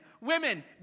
women